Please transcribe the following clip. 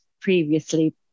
previously